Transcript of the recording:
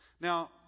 Now